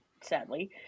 sadly